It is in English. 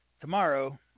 tomorrow